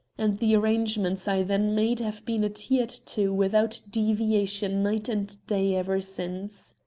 and the arrangements i then made have been adhered to without deviation night and day ever since.